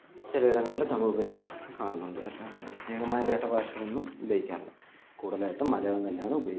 മുന്നോടിയായിട്ടു ജനിക്കാനും ജനിച്ചുകഴിഞ്ഞ കുട്ടികളില് നമ്മള് ഇംഗ്ലീഷാണ് അവരെ കൈകാര്യം ചെയ്യുന്നത് മലയാളം നമ്മൾ